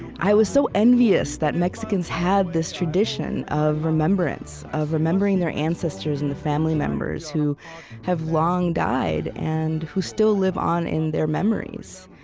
i was so envious that mexicans had this tradition of remembrance of remembering their ancestors and the family members who have long died and who still live on in their memories.